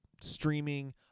streaming